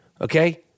Okay